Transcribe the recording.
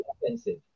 expensive